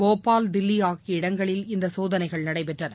போபால் தில்லி ஆகிய இடங்களில் இந்த சோதளைகள் நடைபெற்றன